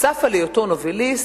נוסף על היותו נובליסט,